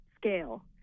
scale